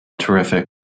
Terrific